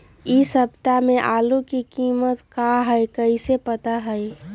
इ सप्ताह में आलू के कीमत का है कईसे पता होई?